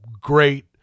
great